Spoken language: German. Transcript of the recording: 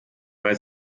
weil